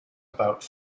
about